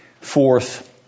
fourth